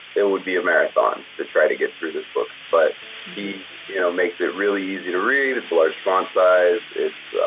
it would be a marathon to try to get through this book. but he you know makes it really easy to read, it's a large font size, it's a,